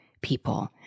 people